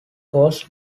holds